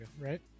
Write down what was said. Right